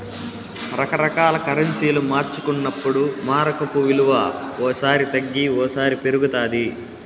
రకరకాల కరెన్సీలు మార్చుకున్నప్పుడు మారకపు విలువ ఓ సారి తగ్గి ఓసారి పెరుగుతాది